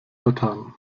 vertan